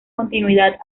continuidad